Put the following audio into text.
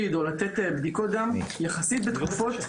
או לקחת בדיקות דם בתקופה מאוד דומה,